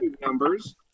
numbers